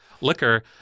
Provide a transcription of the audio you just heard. liquor